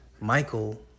Michael